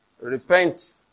Repent